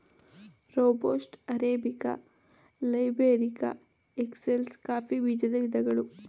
robusta, arabica, liberica, excelsa coffee ಬೀಜದ ವಿಧಗಳು